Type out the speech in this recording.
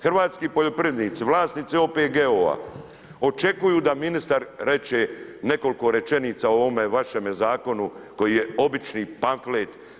Hrvatski poljoprivrednici, vlasnici OPG-ova očekuju da ministar kaže nekoliko rečenica o ovome vašem Zakonu koji je obični pamflet.